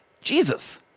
Jesus